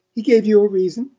he gave you a reason?